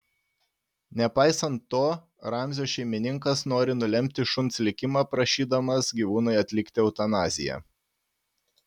nepaisant to ramzio šeimininkas nori nulemti šuns likimą prašydamas gyvūnui atlikti eutanaziją